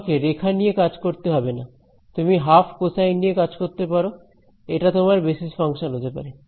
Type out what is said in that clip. তোমাকে রেখা নিয়ে কাজ করতে হবে না তুমি হাফ কোসাইন নিয়ে কাজ করতে পারো এটা তোমার বেসিস ফাংশন হতে পারে